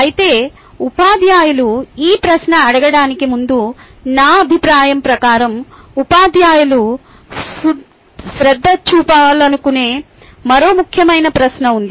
అయితే ఉపాధ్యాయులు ఈ ప్రశ్న అడగడానికి ముందు నా అభిప్రాయం ప్రకారం ఉపాధ్యాయులు శ్రద్ధ చూపాలనుకునే మరో ముఖ్యమైన ప్రశ్న ఉంది